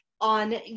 on